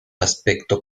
aspecto